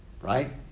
right